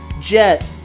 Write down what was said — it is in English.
Jet